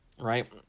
right